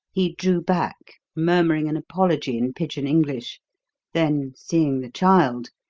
he drew back, murmuring an apology in pidgin-english, then, seeing the child,